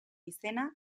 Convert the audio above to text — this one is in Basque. izena